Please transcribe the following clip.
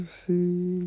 see